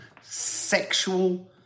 Sexual